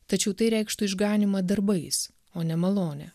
tačiau tai reikštų išganymą darbais o ne malone